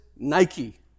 Nike